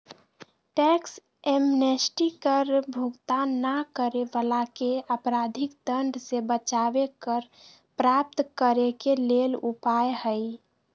tax amnesty कर भुगतान न करे वलाके अपराधिक दंड से बचाबे कर प्राप्त करेके लेल उपाय हइ